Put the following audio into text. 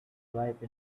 ripe